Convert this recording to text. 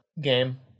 game